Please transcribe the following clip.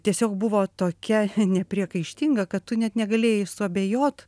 tiesiog buvo tokia nepriekaištinga kad tu net negalėjai suabejot